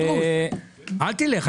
פינדרוס, אל תלך.